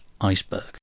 Iceberg